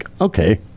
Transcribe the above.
okay